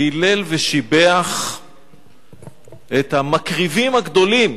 והילל ושיבח את המקריבים הגדולים,